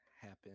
happen